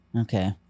Okay